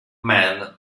mann